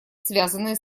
связанные